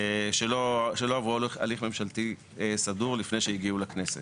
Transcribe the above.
שלא עברו הליך ממשלתי סדור לפני שהגיעו לכנסת.